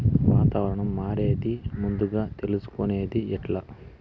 వాతావరణం మారేది ముందుగా తెలుసుకొనేది ఎట్లా?